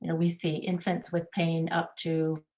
and we see infants with pain up to